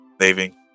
saving